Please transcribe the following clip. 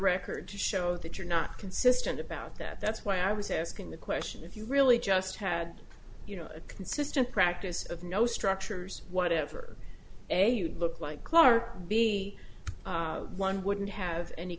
record to show that you're not consistent about that that's why i was asking the question if you really just had you know a consistent practice of no structures whatever they look like clark be one wouldn't have any